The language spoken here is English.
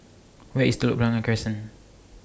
Where IS Telok Blangah Crescent